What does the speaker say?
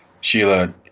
Sheila